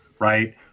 right